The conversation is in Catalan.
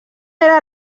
era